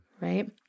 right